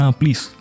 please